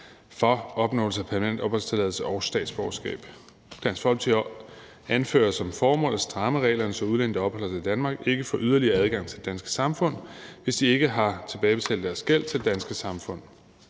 for opnåelse af permanent opholdstilladelse og statsborgerskab. Dansk Folkeparti anfører som formål at stramme reglerne, så udlændinge, der opholder sig i Danmark, ikke får yderligere adgang til det danske samfund, hvis de ikke har tilbagebetalt deres gæld til det danske samfund.